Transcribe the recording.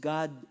God